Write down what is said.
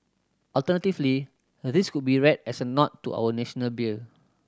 alternatively this could be read as a nod to our National beer